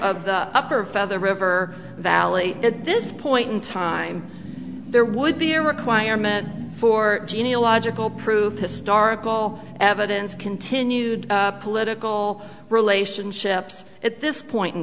of the upper feather river valley at this point in time there would be a requirement for geological proof historical evidence continued political relationships at this point in